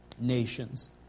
nations